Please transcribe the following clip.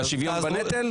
של השוויון בנטל?